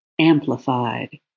Amplified